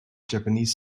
japanese